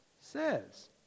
says